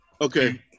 Okay